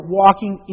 walking